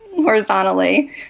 horizontally